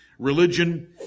religion